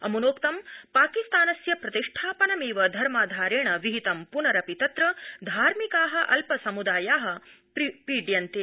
अमुनोक्तं पाकिस्तानस्य प्रतिष्ठापनमेव धर्माधारेण विहितम् प्नरपि तत्र धार्मिका अल्पसमुदाया पीड्यन्ते